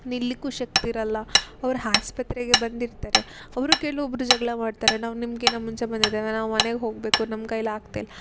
ನಿಲ್ಲಿಕ್ಕೂ ಶಕ್ತಿ ಇರಲ್ಲ ಅವ್ರು ಆಸ್ಪತ್ರೆಗೆ ಬಂದಿರ್ತಾರೆ ಅವರು ಕೆಲವೊಬ್ರು ಜಗಳ ಮಾಡ್ತಾರೆ ನಾವು ನಿಮಗಿನ್ನ ಮುಂಚೆ ಬಂದಿದ್ದೇವೆ ನಾವು ಮನೆಗೆ ಹೋಗಬೇಕು ನಮ್ಮ ಕೈಲಿ ಆಗ್ತಾ ಇಲ್ಲ